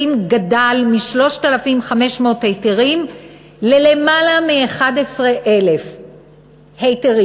גדל מ-3,500 היתרים ללמעלה מ-11,000 היתרים,